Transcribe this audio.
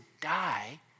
die